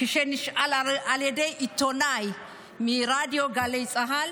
כאשר נשאל על ידי עיתונאי מרדיו גלי צה"ל